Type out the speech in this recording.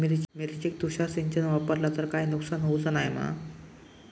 मिरचेक तुषार सिंचन वापरला तर काय नुकसान होऊचा नाय मा?